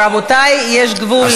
רבותי, יש גבול.